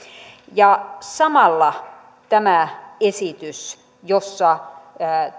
samalla tämä esitys jossa